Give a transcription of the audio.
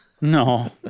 No